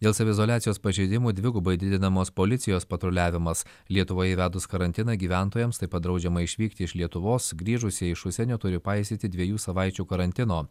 dėl saviizoliacijos pažeidimų dvigubai didinamos policijos patruliavimas lietuvoj įvedus karantiną gyventojams taip pat draudžiama išvykti iš lietuvos grįžusieji iš užsienio turi paisyti dviejų savaičių karantino